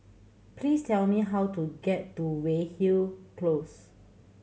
please tell me how to get to Weyhill Close